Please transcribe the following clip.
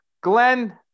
Glenn